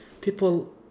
people